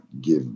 give